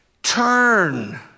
turn